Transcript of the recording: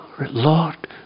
Lord